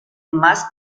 más